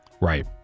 Right